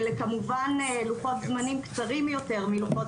אלה כמובן לוחות זמנים קצרים יותר מלוחות